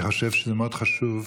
אני חושב שזה מאוד חשוב.